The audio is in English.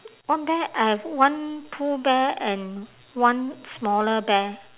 one bear I have one pooh bear and one smaller bear